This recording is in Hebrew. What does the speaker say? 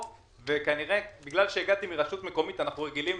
כנראה בגלל שהגעתי מרשות מקומית, אנחנו רגילים